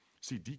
See